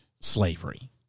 slavery